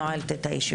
אני נועלת את הישיבה.